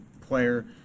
player